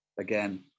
again